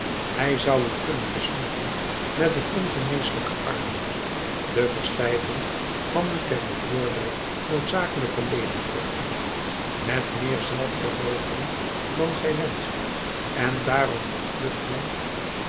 hij zou u kunnen besmetten met een ongeneselijke armoede de verstijving van de ter bevordering noodzakelijke leden kortom met meer zelfverloochening dan gij wenscht en daarom ontvlucht men